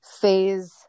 phase